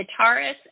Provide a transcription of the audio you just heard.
guitarist